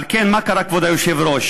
על כן, מה קרה, כבוד היושב-ראש?